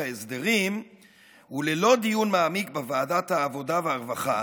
ההסדרים וללא דיון מעמיק בוועדת העבודה והרווחה